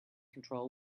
control